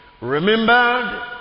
Remembered